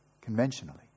Conventionally